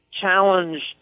challenged